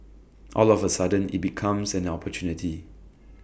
all of A sudden IT becomes an opportunity